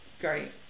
great